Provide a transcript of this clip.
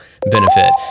benefit